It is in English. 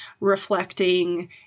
reflecting